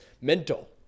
mental